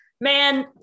man